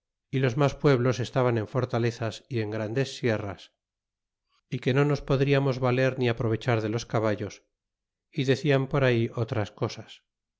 y los mas pueblos estaban en fortalezas y en grandes sierras y que no nos podriamos valer ni aprovechar de los caballos y decian por ahí otras cosas